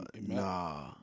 Nah